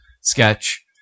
Sketch